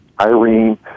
Irene